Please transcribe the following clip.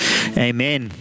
amen